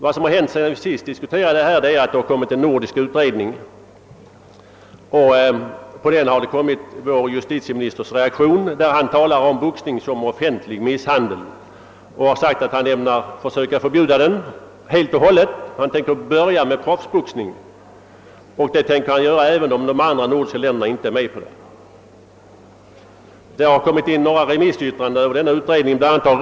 Vad som hänt sedan vi senast diskuterade problemet är att det kommit en nordisk utredning och vår justitieministers reaktion på denna. Han talar om boxning som offentlig misshandel och framhåller, att han ämnar försöka förbjuda den helt och hållet, och att han tänker börja med proffsboxningen. Detta ämnar han göra även om de andra nordiska länderna inte är med på saken. Några remissyttranden beträffande denna utredning har avgivits.